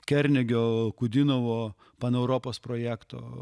kernegio kudinovo paneuropos projekto